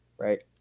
right